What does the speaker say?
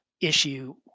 issue